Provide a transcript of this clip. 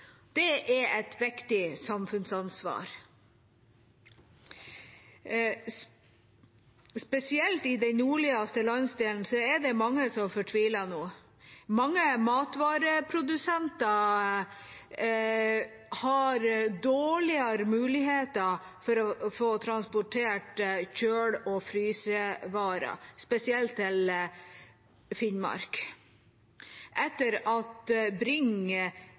Det er et viktig samfunnsansvar. Spesielt i den nordligste landsdelen er det mange som fortviler nå. Mange matvareprodusenter har dårligere muligheter for å få transportert kjøle- og frysevarer, spesielt til Finnmark, etter at